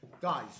guys